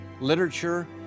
literature